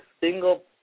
single